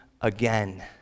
again